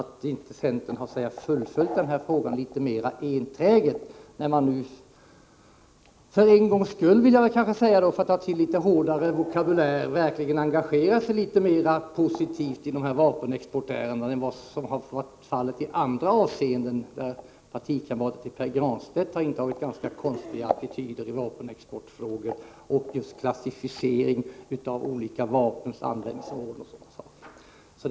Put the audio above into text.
Det är konstigt att centern inte har fullföljt den här frågan litet mer enträget, när man nu för en gångs skull — kunde jag kanske säga, för att ta till litet hårdare vokabulär — verkligen har engagerat sig litet mer positivt i de här vapenexportärendena än vad som varit fallet när partikamrater till Pär Granstedt intagit ganska konstiga attityder i vapenexportfrågor, beträffande klassificering av olika vapens användningsområden osv.